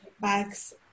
bags